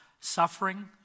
suffering